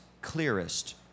clearest